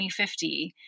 2050